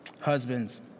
Husbands